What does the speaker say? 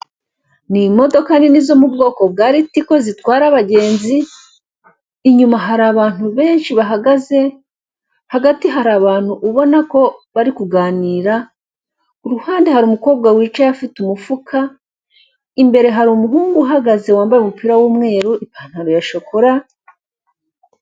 Aha ngaha hari isoko ririmo ibicuruzwa byinshi bitandukanye, harimo imboga zitandukanye z'amoko menshi, harimo inyanya, intoryi, sereri karoti pavuro harimo ndetse n'indobo zirimo ibindi bicuruzwa birimo ubunyobwa, ndetse n'ibindi birungo bitandukanye byifashishwa mu guteka.